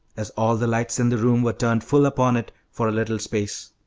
as all the lights in the room were turned full upon it, for a little space.